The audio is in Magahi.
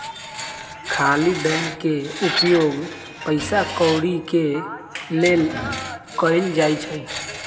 खाली बैंक के उपयोग पइसा कौरि के लेल कएल जाइ छइ